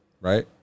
right